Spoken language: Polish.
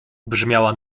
brzmiała